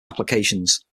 applications